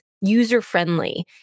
user-friendly